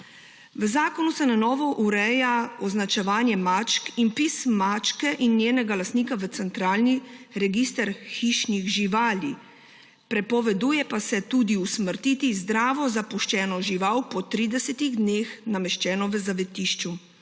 V zakonu se na novo ureja označevanje mačk in vpis mačke in njenega lastnika v centralni register hišnih živali, prepoveduje pa se usmrtiti zdravo zapuščeno žival po 30 dneh, nameščeno v zavetišču.